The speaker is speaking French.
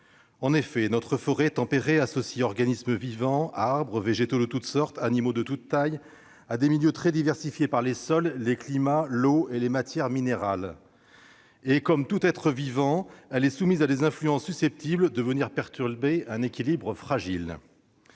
En effet, notre forêt tempérée associe des organismes vivants, végétaux et animaux, de toutes sortes et de toutes tailles, à des milieux très diversifiés par les sols, les climats, l'eau et les matières minérales. Comme tout être vivant, notre forêt est soumise à des influences susceptibles de perturber un équilibre fragile.